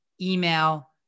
email